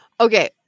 Okay